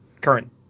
current